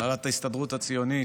הנהלת ההסתדרות הציונית,